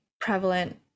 prevalent